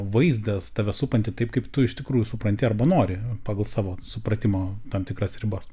vaizdas tave supantį taip kaip tu iš tikrųjų supranti arba nori pagal savo supratimo tam tikras ribas